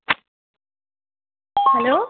hello